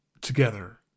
together